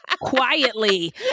quietly